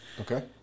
Okay